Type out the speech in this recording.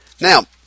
Now